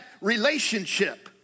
relationship